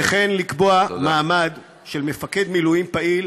וכן לקבוע מעמד של מפקד מילואים פעיל,